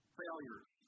failures